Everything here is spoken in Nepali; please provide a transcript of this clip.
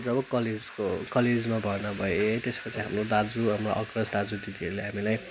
जब कलेजको कलेजमा भर्ना भएँ है त्यसपछि हाम्रो दाजु हाम्रो अग्रज दाजुदिदीहरूले हामीलाई